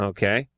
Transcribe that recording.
Okay